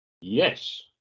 Yes